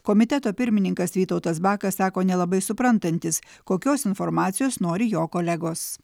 komiteto pirmininkas vytautas bakas sako nelabai suprantantis kokios informacijos nori jo kolegos